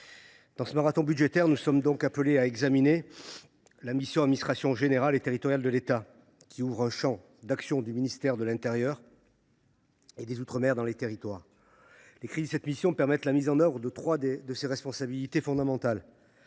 dans ce marathon budgétaire, nous voici ce soir réunis pour examiner la mission « Administration générale et territoriale de l’État », qui couvre l’un des champs d’action du ministère de l’intérieur et des outre mer. Les crédits de cette mission permettent la mise en œuvre de trois de ses responsabilités fondamentales